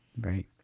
Right